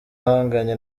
ahanganye